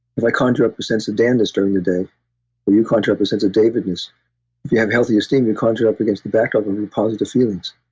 if i conjure up a sense of dan-ness during the day, will you conjure up a sense of david-ness? if you have healthy esteem, you conjure up against the backdrop and of positive feelings.